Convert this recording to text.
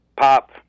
pop